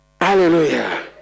Hallelujah